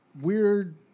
weird